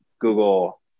Google